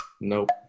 Nope